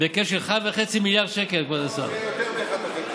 בהיקף של 1.5 מיליארד שקל, כבוד השר, יותר מ-1.5.